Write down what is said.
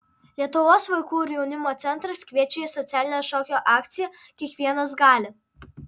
lietuvos vaikų ir jaunimo centras kviečia į socialinę šokio akciją kiekvienas gali